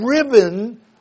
driven